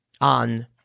on